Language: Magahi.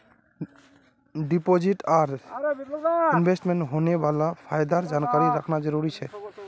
डिपॉजिट आर इन्वेस्टमेंटत होने वाला फायदार जानकारी रखना जरुरी छे